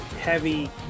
heavy